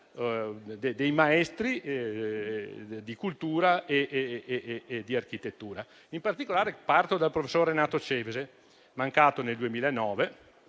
dei maestri di cultura e di architettura. Parto dal professor Renato Cevese, mancato nel 2009,